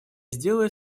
сделает